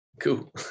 cool